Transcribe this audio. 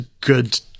good